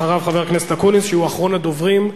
אחריו, חבר הכנסת אקוניס, שהוא אחרון הדוברים,